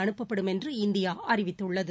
அனுப்பப்படும் என்று இந்தியா அறிவித்துள்ளது